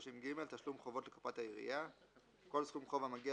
תשלום חובות לקופת העיריה 330ג. כל סכום חוב המגיע